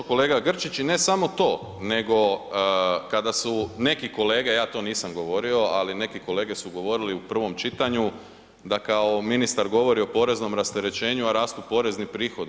Točno kolega Grčić i ne samo to, nego kada su neki kolege, ja to nisam govorio ali neki kolege su govorili u prvom čitanju da kao ministar govori o poreznom rasterećenju a rastu porezni prihodi.